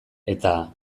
eta